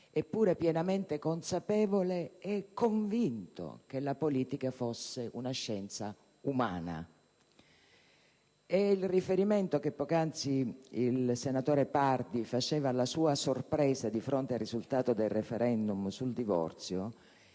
pienamente consapevole e convinto che la politica fosse una scienza umana. Il riferimento che poc'anzi il senatore Pardi faceva alla sua sorpresa di fronte al risultato del *referendum* sul divorzio